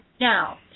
Now